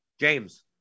James